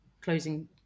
closing